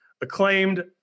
acclaimed